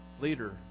leader